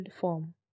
form